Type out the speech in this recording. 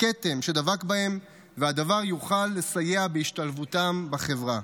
הכתם שדבק בהם, והדבר יוכל לסייע בהשתלבותם בחברה.